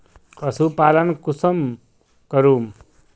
पशुपालन कुंसम करूम?